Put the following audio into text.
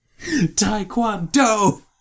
Taekwondo